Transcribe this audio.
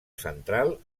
central